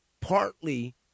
partly